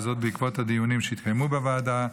וזאת בעקבות הדיונים שהתקיימו בוועדה,